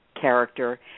character